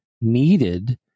needed